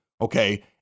Okay